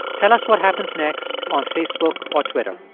tell us what happens next on facebook or twitter.